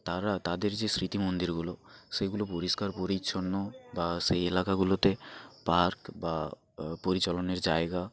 তারা তাদের যে স্মৃতি মন্দিরগুলো সেগুলো পরিষ্কার পরিচ্ছন্ন বা সেই এলাকাগুলোতে পার্ক বা পরিচালনের জায়গা